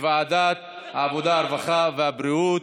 לוועדת העבודה, הרווחה והבריאות.